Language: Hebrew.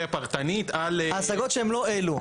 פרטנית על --- ההשגות שהן לא אלה,